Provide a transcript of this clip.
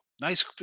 Nice